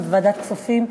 וועדת הכספים,